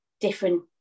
different